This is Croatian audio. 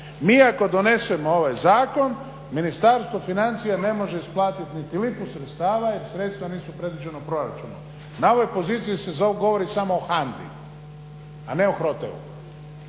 Mi ako donesemo ovaj zakon Ministarstvo financija ne može isplatiti niti lipu sredstava jer sredstva nisu predviđena u proračunu. Na ovoj poziciji se govori samo o HANDI a ne o HROTE-u.